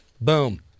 Boom